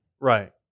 Right